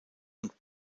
und